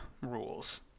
rules